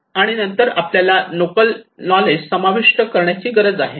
आणि नंतर आपल्याला लोकल नॉलेज समाविष्ट करण्याची गरज आहे